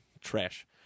trash